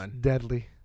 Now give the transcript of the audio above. deadly